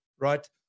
right